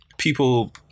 people